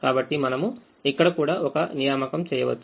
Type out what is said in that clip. కాబట్టి మనము ఇక్కడ కూడా ఒక నియామకం చేయవచ్చు